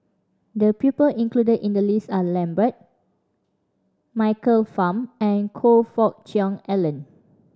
the people included in the list are Lambert Michael Fam and Choe Fook Cheong Alan